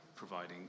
providing